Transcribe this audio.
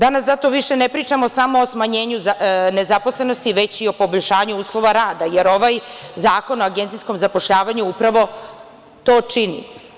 Danas zato više ne pričamo samo o smanjenju nezaposlenosti, već i o poboljšanju uslova rada, jer ovaj Zakon o agencijskom zapošljavanju upravo to čini.